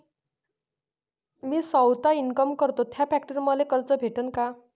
मी सौता इनकाम करतो थ्या फॅक्टरीवर मले कर्ज भेटन का?